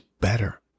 better